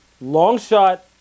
long-shot